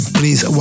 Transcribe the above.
please